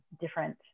different